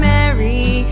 Mary